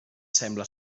sembla